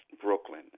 Brooklyn